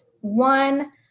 One